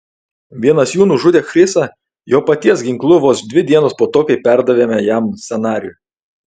vienas jų nužudė chrisą jo paties ginklu vos dvi dienos po to kai perdavėme jam scenarijų